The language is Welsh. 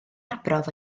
arbrawf